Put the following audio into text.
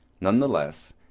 Nonetheless